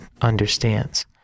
understands